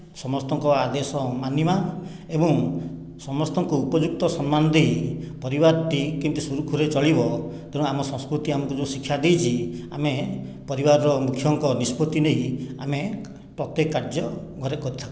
ସମସ୍ତଙ୍କ ଆଦେଶ ମାନିବା ଏବଂ ସମସ୍ତଙ୍କୁ ଉପଯୁକ୍ତ ସମ୍ମାନ ଦେଇ ପରିବାରଟି କେମିତି ସୁରୁଖୁରୁରେ ଚଳିବ ତେଣୁ ଆମ ସଂସ୍କୃତି ଆମକୁ ଯେଉଁ ଶିକ୍ଷା ଦେଇଛି ଆମେ ପରିବାରର ମୁଖ୍ୟଙ୍କ ନିଷ୍ପତ୍ତି ନେଇ ଆମେ ପ୍ରତ୍ୟକ କାର୍ଯ୍ୟ ଘରେ କରିଥାଉ